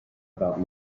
about